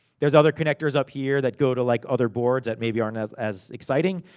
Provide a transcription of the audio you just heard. there's other connectors up here, that go to like other boards, that maybe aren't as as exciting.